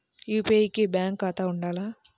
UPI కి bank ఖాతా ఉండాల?